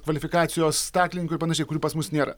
kvalifikacijos staklininkų ir panašiai kurių pas mus nėra